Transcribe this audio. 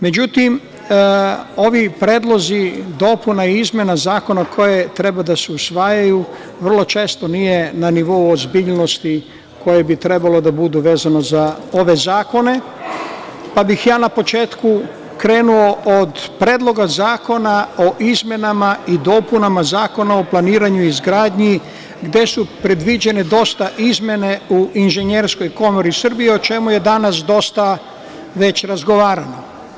Međutim, ovi predlozi izmena i dopuna zakona koje treba da se usvajaju vrlo često nisu na nivou ozbiljnosti koja bi trebala da bude vezana za ove zakone, pa bih ja na početku krenuo od Predlog zakona o izmenama i dopunama Zakona o planiranju i izgradnji, gde je predviđeno dosta izmena u Inženjerskoj komori Srbiji, a o čemu je danas dosta već razgovarano.